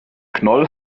knoll